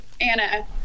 Anna